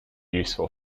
useful